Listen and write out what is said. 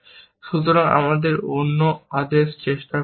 সুতরাং আমাদের অন্য আদেশ চেষ্টা করা যাক